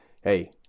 hey